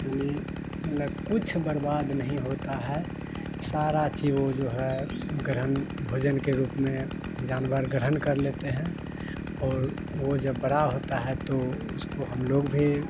यानि मतलब कुछ बर्बाद नहीं होता है सारा ची वो जो है उ ग्रहण भोजन के रूप में जानवर ग्रहण कर लेते हैं और वो जब बड़ा होता है तो उसको हम लोग भी